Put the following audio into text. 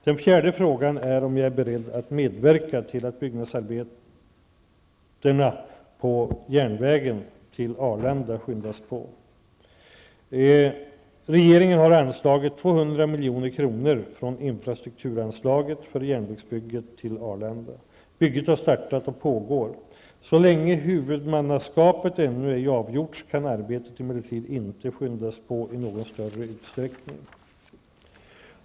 Den fjärde frågan är om jag är beredd att medverka till att byggnadsarbetena på järnvägen till Arlanda skyndas på. Arlanda. Bygget har startat och pågår. Så länge huvudmannaskapet ännu ej avgjorts kan arbetet emellertid inte skyndas på i någon större utsträckning.